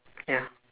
ya